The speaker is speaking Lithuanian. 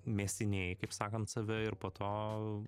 mėsinėji kaip sakant save ir po to